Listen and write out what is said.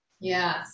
Yes